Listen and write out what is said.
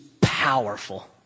powerful